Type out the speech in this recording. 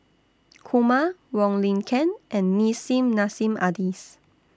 Kumar Wong Lin Ken and Nissim Nassim Adis